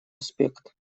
аспект